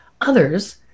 others